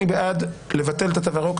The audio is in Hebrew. אני בעד ביטול של התו הירוק,